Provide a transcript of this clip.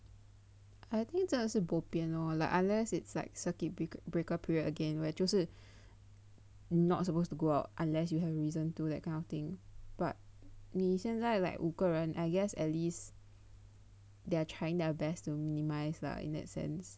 I think 真的是 bobian lor like unless it's like circuit breaker period again where 就是 not supposed to go out unless you have reason to that kind of thing but 你现在 like 五个人 I guess at least they are trying their best to minimise lah in that sense